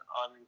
on